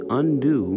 undo